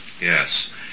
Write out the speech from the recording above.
yes